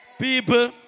People